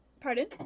Pardon